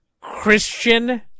Christian